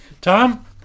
Tom